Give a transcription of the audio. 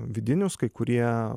vidinius kai kurie